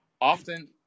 Often